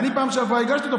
אני בפעם שעברה הגשתי אותו.